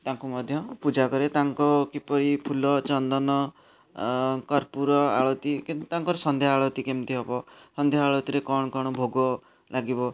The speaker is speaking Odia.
ତାଙ୍କୁ ମଧ୍ୟ ପୂଜା କରି ତାଙ୍କୁ କିପରି ଫୁଲ ଚନ୍ଦନ କର୍ପୁର ଆଳତୀ ତାଙ୍କର ସନ୍ଧ୍ୟା ଆଳତୀ କେମିତି ହବ ସନ୍ଧ୍ୟା ଆଳତୀରେ କ'ଣ କ'ଣ ଭୋଗ ଲାଗିବ